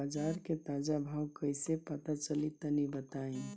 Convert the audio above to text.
बाजार के ताजा भाव कैसे पता चली तनी बताई?